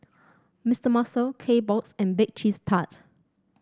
Mister Muscle Kbox and Bake Cheese Tart